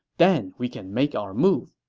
then we can make our move.